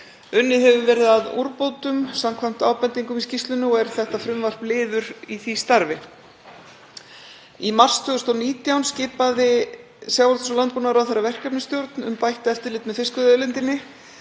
Unnið hefur verið að úrbótum samkvæmt ábendingum í skýrslunni og er frumvarpið liður í því starfi. Í mars 2019 skipaði sjávarútvegs- og landbúnaðarráðherra verkefnisstjórn um bætt eftirlit með fiskveiðiauðlindinni